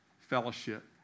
fellowship